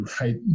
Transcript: right